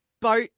boat